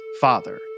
father